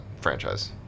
franchise